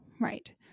Right